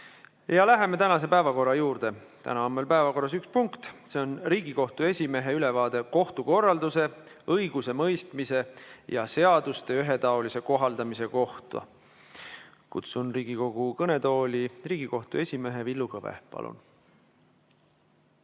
Läheme tänase päevakorra juurde. Päevakorras on üks punkt, see on Riigikohtu esimehe ülevaade kohtukorralduse, õigusemõistmise ja seaduste ühetaolise kohaldamise kohta. Kutsun Riigikogu kõnetooli Riigikohtu esimehe Villu Kõve. Palun!